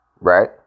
Right